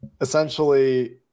essentially